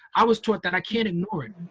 i was taught that i can't ignore it.